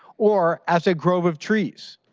or as a grove of trees.